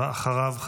ואחריו,